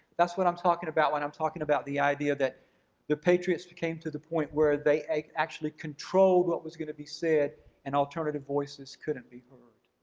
that's what i'm talking about when i'm talking about the idea that the patriots came to the point where they actually controlled what was gonna be said and alternative voices couldn't be heard.